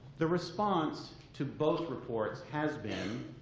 the response to both reports has been,